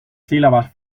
sílabas